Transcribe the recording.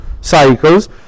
cycles